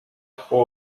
who